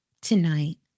Tonight